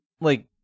like-